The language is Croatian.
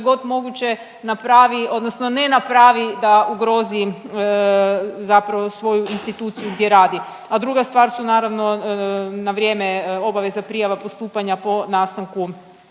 god moguće napravi odnosno ne napravi da ugrozi zapravo svoju instituciju gdje radi. A druga stvar su naravno na vrijeme obaveze prijava postupanja po nastanku